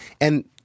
And-